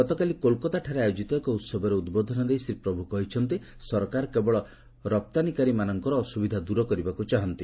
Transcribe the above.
ଗତକାଲି କୋଲକାତାଠାରେ ଆୟୋଜିତ ଏକ ଉତ୍ସବରେ ଉଦ୍ବୋଧନ ଦେଇ ଶୀ ପଭ୍ କହିଛନ୍ତି ସରକାର କେବଳ ରପ୍ତାନୀକାରୀମାନଙ୍କର ଅସୁବିଧା ଦୂର କରିବାକୁ ଚାହାଁନ୍ତି